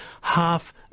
half